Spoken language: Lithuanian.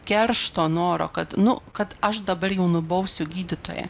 keršto noro kad nu kad aš dabar jau nubausiu gydytoją